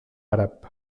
àrab